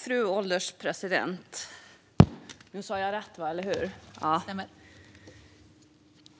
Fru ålderspresident!